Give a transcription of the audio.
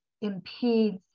impedes